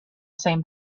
same